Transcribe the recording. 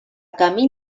camí